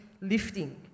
lifting